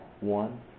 One